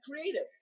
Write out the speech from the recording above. creative